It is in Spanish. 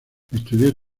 estudió